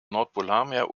nordpolarmeer